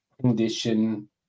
condition